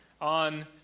on